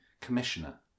commissioner